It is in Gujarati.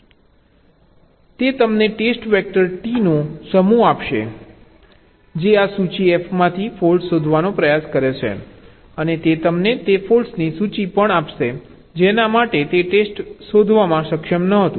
તે તમને ટેસ્ટ વેક્ટર T નો સમૂહ આપશે જે આ સૂચિ F માંથી ફોલ્ટ્સ શોધવાનો પ્રયાસ કરે છે અને તે તમને તે ફોલ્ટ્સની સૂચિ પણ આપશે જેના માટે તે ટેસ્ટ શોધવામાં સક્ષમ ન હતું